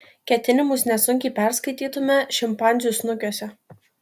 ketinimus nesunkiai perskaitytume šimpanzių snukiuose